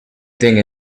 thing